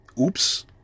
Oops